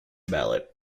ballot